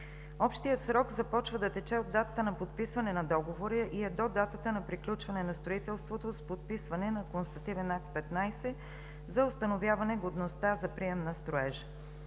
Общият срок започва да тече от датата на подписване на договора и е до датата на приключване на строителството с подписване на Констативен акт 15 за установяване годността за прием на строежа.